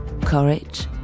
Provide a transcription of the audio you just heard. courage